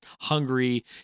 hungry